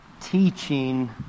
teaching